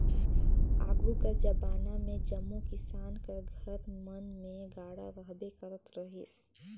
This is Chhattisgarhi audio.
आघु कर जबाना मे जम्मो किसान कर घर मन मे गाड़ा रहबे करत रहिस